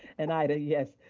and ida, yes.